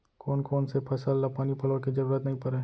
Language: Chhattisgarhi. कोन कोन से फसल ला पानी पलोय के जरूरत नई परय?